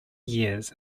years